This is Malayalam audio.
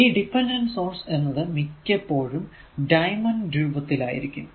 ഈ ഡിപെൻഡഡ് സോഴ്സ് എന്നത് മിക്കപ്പോഴും ഡൈമൻ രൂപത്തിൽ ആയിരിക്കും